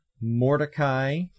Mordecai